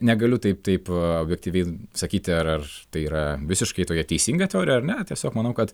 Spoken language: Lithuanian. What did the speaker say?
negaliu taip taip objektyviai sakyti ar ar tai yra visiškai tokia teisinga teorija ar ne tiesiog manau kad